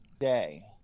day